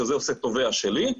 שזה עושה תובע שלי,